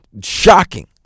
shocking